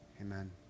Amen